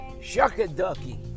shuck-a-ducky